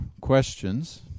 questions